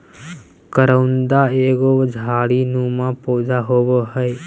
करोंदा एगो झाड़ी नुमा पौधा होव हय